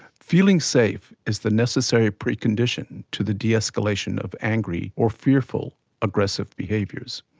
feeling safe is the necessary precondition to the de-escalation of angry or fearful aggressive behaviours.